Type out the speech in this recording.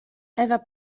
ewa